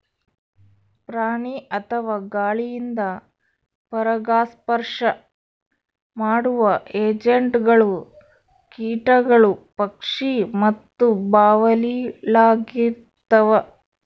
ಪ್ರಾಣಿ ಅಥವಾ ಗಾಳಿಯಿಂದ ಪರಾಗಸ್ಪರ್ಶ ಮಾಡುವ ಏಜೆಂಟ್ಗಳು ಕೀಟಗಳು ಪಕ್ಷಿ ಮತ್ತು ಬಾವಲಿಳಾಗಿರ್ತವ